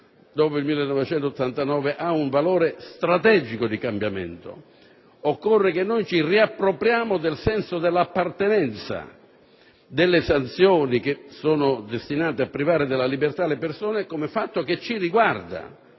dopo il 1989, ha un valore strategico di cambiamento. Occorre che noi ci riappropriamo del senso dell'appartenenza, delle sanzioni, che sono destinate a privare della libertà le persone, come fatto che ci riguarda